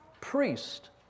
priest